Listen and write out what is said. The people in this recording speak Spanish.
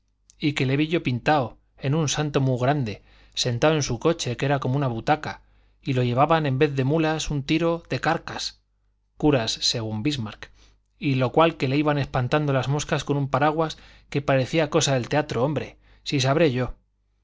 y que le vi yo pintao en un santo mu grande sentao en su coche que era como una butaca y lo llevaban en vez de mulas un tiro de carcas curas según bismarck y lo cual que le iban espantando las moscas con un paraguas que parecía cosa del teatro hombre si sabré yo